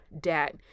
debt